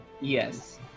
Yes